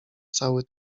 cały